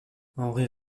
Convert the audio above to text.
henri